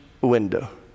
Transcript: window